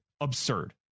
absurd